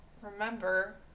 remember